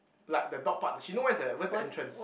like the dog park she know where is the where is the entrance